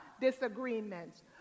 disagreements